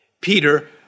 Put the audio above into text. Peter